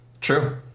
True